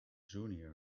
junior